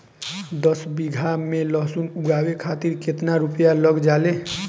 दस बीघा में लहसुन उगावे खातिर केतना रुपया लग जाले?